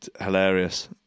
hilarious